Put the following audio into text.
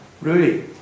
Rudy